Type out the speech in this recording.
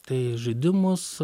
tai žaidimus